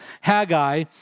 Haggai